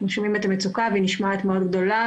אנחנו שומעים את המצוקה והיא נשמעת מאוד גדולה,